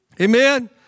Amen